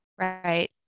Right